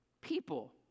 People